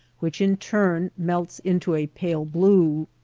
which in turn melts into a pale blue.